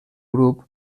grup